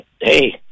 hey